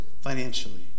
financially